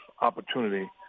opportunity